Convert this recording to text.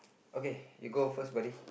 okay you go first buddy